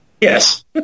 Yes